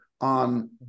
on